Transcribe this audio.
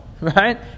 right